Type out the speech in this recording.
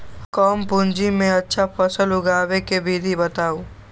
कम पूंजी में अच्छा फसल उगाबे के विधि बताउ?